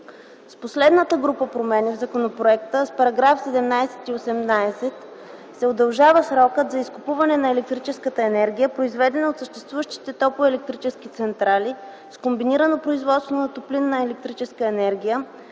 и заключителните разпоредби на законопроекта се удължава срокът за изкупуване на електрическата енергия, произведена от съществуващите топлоелектрически централи с комбинирано производство на топлинна и електрическа енергия